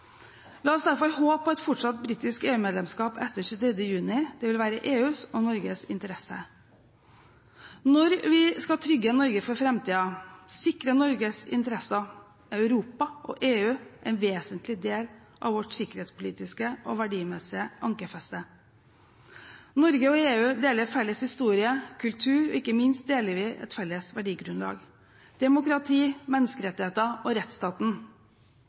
La oss håpe på et fortsatt britisk EU-medlemskap etter 23. juni. Det vil være i EUs og Norges interesse. Når vi skal trygge Norge for framtiden og sikre Norges interesser, er Europa og EU en vesentlig del av vårt sikkerhetspolitiske og verdimessige ankerfeste. Norge og EU deler en felles historie og kultur – og ikke minst deler vi et felles verdigrunnlag: demokrati, menneskerettigheter og rettsstaten.